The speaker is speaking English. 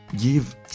Give